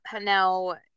now